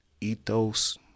ethos